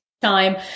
time